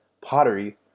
pottery